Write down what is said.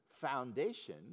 foundation